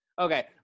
okay